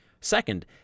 second